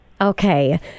Okay